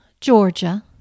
Georgia